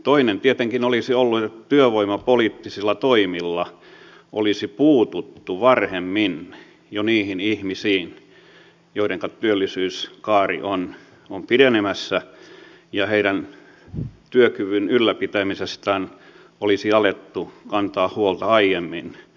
toinen tietenkin olisi ollut että työvoimapoliittisilla toimilla olisi puututtu jo varhemmin niihin ihmisiin joidenka työllisyyskaari on pitenemässä ja heidän työkyvyn ylläpitämisestään olisi alettu kantaa huolta aiemmin